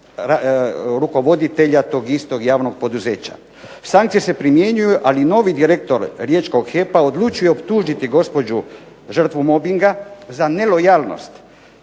rukovoditelja tog istog javnog poduzeća. Sankcije se primjenjuju ali novi direktor riječkog HEP-a odlučuje optužiti gospođu žrtvu mobbinga za nelojalnost,